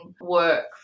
work